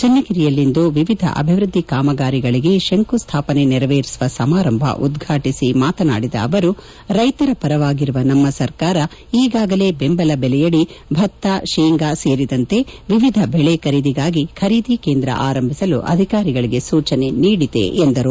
ಚನ್ನಗಿರಿಯಲ್ಲಿಂದು ವಿವಿಧ ಅಭಿವೃದ್ದಿ ಕಾಮಗಾರಿಗಳಿಗೆ ಶಂಕುಸ್ವಾಪನೆ ನೆರವೇರಿಸುವ ಸಮಾರಂಭ ಉದ್ಘಾಟಿಸಿ ಅವರು ಮಾತನಾಡಿದ ಅವರು ರೈತರ ಪರವಾಗಿರುವ ನಮ್ಮ ಸರ್ಕಾರ ಈಗಾಗಲೇ ಬೆಂಬಲ ಬೆಲೆಯಡಿ ಭತ್ತ ಶೇಂಗಾ ಸೇರಿದಂತೆ ವಿವಿಧ ಬೆಳೆ ಖರೀದಿಗಾಗಿ ಖರೀದಿ ಕೇಂದ್ರ ಆರಂಭಿಸಲು ಅಧಿಕಾರಿಗಳಿಗೆ ಸೂಚನೆ ನೀಡಿದೆ ಎಂದರು